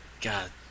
God